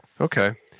Okay